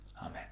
Amen